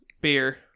beer